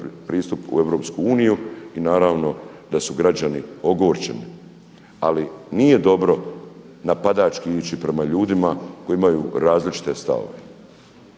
pristup u EU i naravno da su građani ogorčeni. Ali nije dobro napadački ići prema ljudima koji imaju različite stavove.